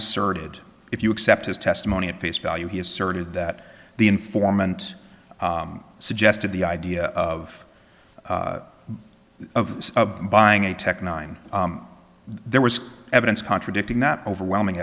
asserted if you accept his testimony at face value he asserted that the informant suggested the idea of of buying a tech nine there was evidence contradicting that overwhelming